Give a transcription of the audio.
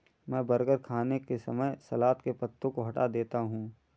मैं बर्गर खाने के समय सलाद के पत्तों को हटा देता हूं